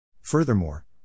Furthermore